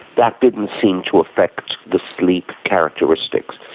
that didn't seem to affect the sleep characteristics.